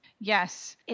Yes